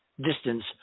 distance